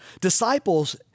Disciples